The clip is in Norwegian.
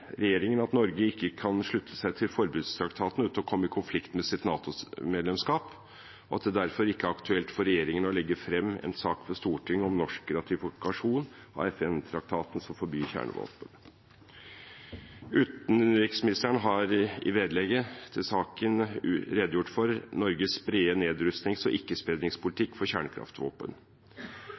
regjeringen at Norge ikke kan slutte seg til forbudstraktaten uten å komme i konflikt med sitt NATO-medlemskap, og at det derfor ikke er aktuelt for regjeringen å legge frem en sak for Stortinget om norsk ratifikasjon av FN-traktaten som forbyr kjernevåpen. Utenriksministeren har i vedlegget til saken redegjort for Norges brede nedrustnings- og ikkespredningspolitikk for kjernekraftvåpen.